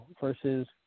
versus